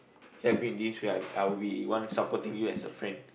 help you in this where I'll be one supporting you as a friend